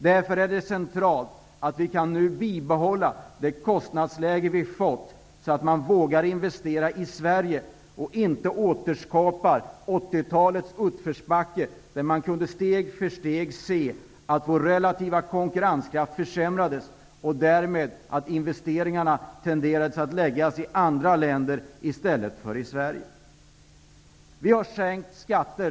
Därför är det centralt att vi nu kan bibehålla det kostnadsläge som vi fått så att man vågar investera i Sverige, inte återskapa 80-talets utförsbacke då vi steg för steg kunde se att vår relativa konkurrenskraft försämrades och att investeringarna därmed tenderade att läggas i andra länder i stället för i Sverige. Vi har sänkt skatter.